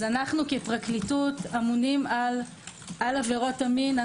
אנו כפרקליטות אמונים על עבירות המין.